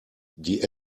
die